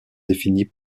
définis